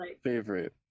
favorite